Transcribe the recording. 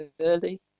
early